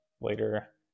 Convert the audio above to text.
later